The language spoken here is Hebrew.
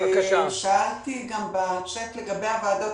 שאלתי בצ'ט לגבי וועדות